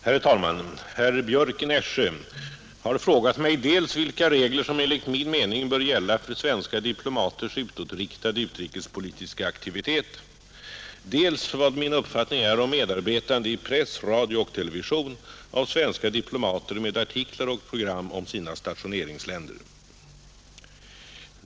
Herr talman! Herr Björck i Nässjö har frågat mig dels vilka regler som enligt min mening bör gälla för svenska diplomaters utåtriktade utrikespolitiska aktivitet, dels vad min uppfattning är om medarbetande i press, radio och television av svenska diplomater med artiklar och program om deras stationeringsländer.